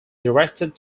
directed